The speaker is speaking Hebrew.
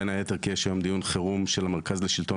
בין היתר כי יש היום דיון חירום של המרכז לשלטון